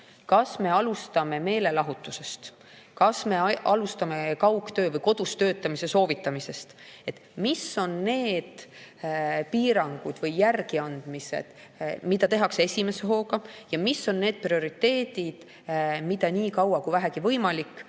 kas me alustame meelelahutuse [piiramisest] või me alustame kaugtöö või kodus töötamise soovitamisest? Mis on need piirangud või järeleandmised, mida tehakse esimese hooga, ja mis on need prioriteetsed [valdkonnad], mida nii kaua, kui vähegi võimalik,